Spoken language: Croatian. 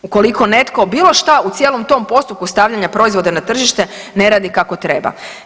Ukoliko netko bilo šta u cijelom tom postupku stavljanja proizvoda na tržište ne radi kako treba.